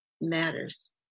matters